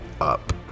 up